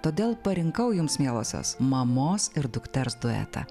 todėl parinkau jums mielosios mamos ir dukters duetą